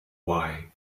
why